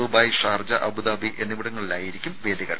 Dubai Sharjah Abu Dhabi എന്നിവിടങ്ങളായിരിക്കും വേദികൾ